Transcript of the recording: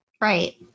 Right